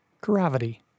gravity